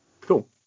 Cool